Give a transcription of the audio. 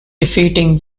defeating